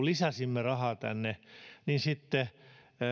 lisäsimme rahaa sitten